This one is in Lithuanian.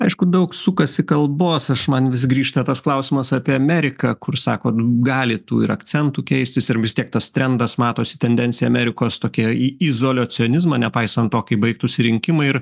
aišku daug sukasi kalbos aš man vis grįžta tas klausimas apie ameriką kur sakot gali tų ir akcentų keistis ir vis tiek tas trendas matosi tendencija amerikos tokia į izoliacionizmą nepaisant to kaip baigtųsi rinkimai ir